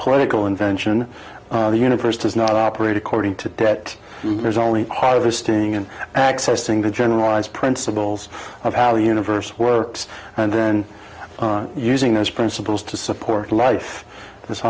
political invention the universe does not operate according to that there's only harvesting and accessing the generalized principles of how universe works and then on using those principles to support life this